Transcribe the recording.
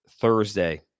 Thursday